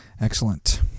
Excellent